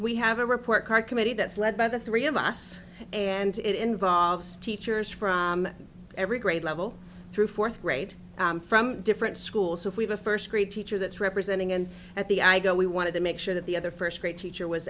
we have a report card committee that's led by the three of us and it involves teachers from every grade level through fourth grade from different schools so if we have a first grade teacher that's representing and at the i go we wanted to make sure that the other first grade teacher was